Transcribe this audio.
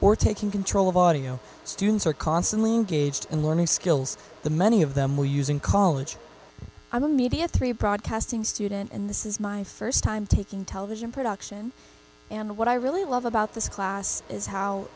or taking control of audio students are constantly gauged and learning skills the many of them were using college i'm maybe a three broadcasting student and this is my first time taking television production and what i really love about this class is how